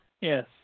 Yes